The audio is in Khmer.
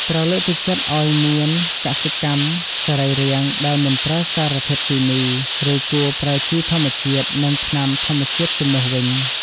ត្រូវលើកទឹកចិត្តឲ្យមានកសិកម្មសរីរាង្គដែលមិនប្រើសារធាតុគីមី ឬគួរប្រើជីធម្មជាតិ និងថ្នាំធម្មជាតិជំនួសវិញ។